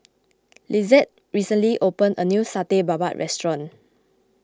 Lissette recently opened a new Satay Babat restaurant